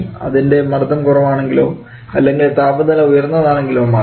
അതിൻറെ മർദ്ദം കുറവാണെങ്കിലോ അല്ലെങ്കിൽ താപനില ഉയർന്നതാണെങ്കിലോ മാത്രം